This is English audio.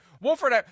Wolford